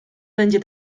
będzie